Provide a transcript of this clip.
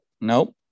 Nope